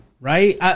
right